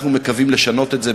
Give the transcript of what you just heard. אנחנו מקווים לשנות את זה,